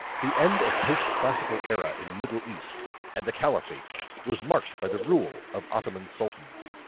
the end of postclassical era in middle east and the caliphate was marked by the rule of ottoman sultans.